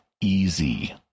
easy